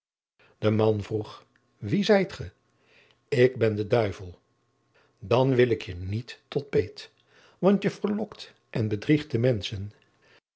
de man vroeg wie zijt ge ik ben de duivel dan wil ik je niet tot peet want je verlokt en bedriegt de menschen